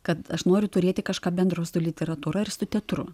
kad aš noriu turėti kažką bendro su literatūra ir su teatru